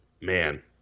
man